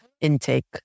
intake